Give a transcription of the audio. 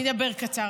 אני אדבר קצר,